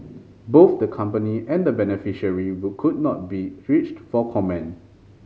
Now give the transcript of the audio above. both the company and the beneficiary would could not be reached for comment